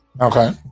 Okay